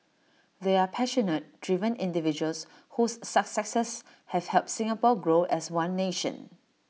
they are passionate driven individuals whose successes have helped Singapore grow as one nation